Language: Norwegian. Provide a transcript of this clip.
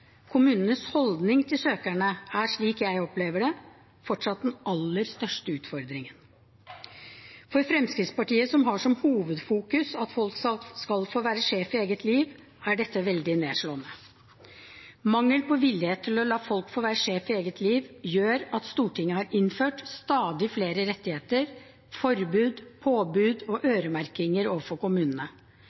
Kommunenes holdning til søkerne er, slik jeg opplever det, fortsatt den aller største utfordringen. For Fremskrittspartiet, som har som hovedfokus at folk skal få være sjef i eget liv, er dette veldig nedslående. Mangel på villighet til å la folk få være sjef i eget liv gjør at Stortinget har innført stadig flere rettigheter, forbud, påbud og øremerking overfor kommunene.